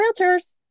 realtors